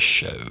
show